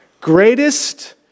Greatest